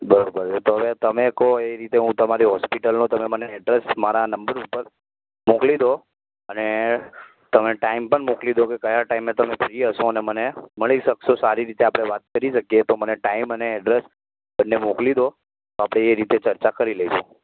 બરાબર છે તો હવે તમે કહો એ રીતે હું તમારી હોસ્પિટલનું તમે મને અડ્રેસ મારા આ નંબર ઉપર મોકલી દો અને તમે ટાઈમ પણ મોકલી દો કે કયા ટાઈમ પર તમે ફ્રી હશો અને મને મળી શકશો સારી રીતે આપણે વાત કરી શકીએ તો મને ટાઈમ અને અડ્રેસ બંને મોકલી દો આપણે એ રીતે ચર્ચા કરી લઇશું